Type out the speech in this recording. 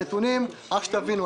תבינו,